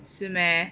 是 meh